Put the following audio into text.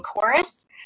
Chorus